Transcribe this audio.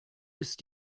ist